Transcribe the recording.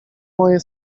moje